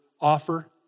offer